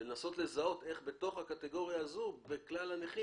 ולנסות לזהות איך בתוך הקטגוריה הזו בכלל הנכים